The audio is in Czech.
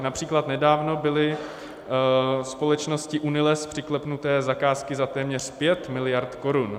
Například nedávno byly společnosti Uniles přiklepnuty zakázky za téměř 5 miliard korun.